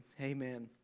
amen